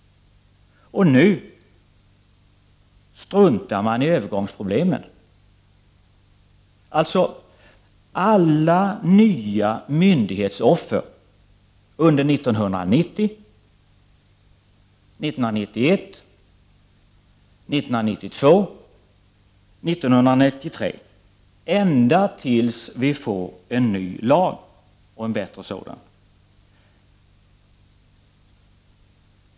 Och nu struntar man i övergångsproblemen, alltså alla nya myndighetsoffer under 1990, 1991, 1992 och 1993 — ända tills vi får en ny lag och en bättre sådan.